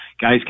Guys